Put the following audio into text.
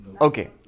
okay